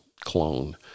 clone